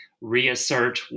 reassert